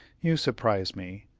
you surprise me.